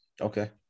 Okay